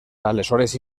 aleshores